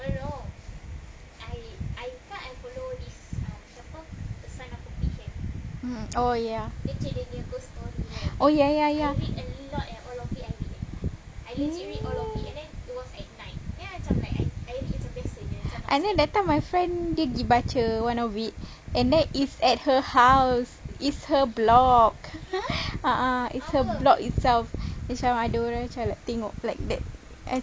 oh ya oh ya ya ya that time my friend gi baca one of it and then it's at her house is her block a'ah is her block itself macam ada orang like tengok like that